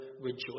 rejoice